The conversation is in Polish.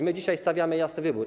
My dzisiaj stawiamy jasny wybór.